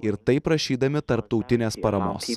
ir taip prašydami tarptautinės paramos